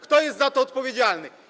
Kto jest za to odpowiedzialny?